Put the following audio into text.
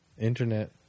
Internet